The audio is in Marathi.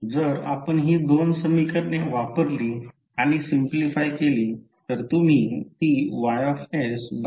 जर आपण ही 2 समीकरणे वापरली आणि सिम्प्लिफाय केली तर तुम्ही ती YV F1